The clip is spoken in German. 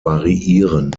variieren